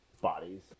bodies